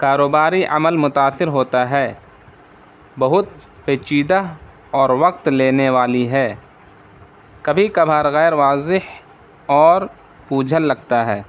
کاروباری عمل متاثر ہوتا ہے بہت پیچیدہ اور وقت لینے والی ہے کبھی کبھار غیر واضح اور پوجھا لگتا ہے